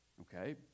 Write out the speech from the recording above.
okay